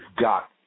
got